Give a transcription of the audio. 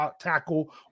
tackle